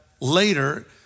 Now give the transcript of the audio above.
later